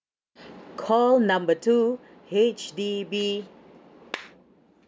call number two H_D_B